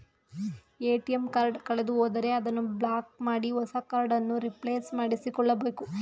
ATM card ಕಳೆದುಹೋದರೆ ಅದನ್ನು block ಮಾಡಿ ಹೊಸ ಕಾರ್ಡ್ ಅನ್ನು ರಿಪ್ಲೇಸ್ ಮಾಡಿಸಿಕೊಳ್ಳಬೇಕು